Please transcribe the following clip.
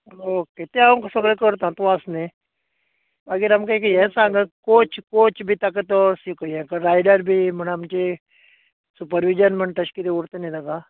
okay ते हांव सगळें करतां तूं आसा न्हय मागीर आमकां एक हे सांग कॉच कॉच बी ताका तो शिक हे कर रायडार बी म्हणू आमचें सूपरविजन म्हण तशें किदें उरतां न्हय ताका